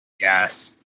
Yes